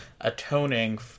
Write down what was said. atoning